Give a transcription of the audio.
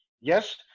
Yes